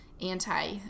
anti